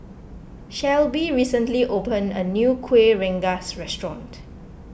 Shelbi recently opened a new Kueh Rengas restaurant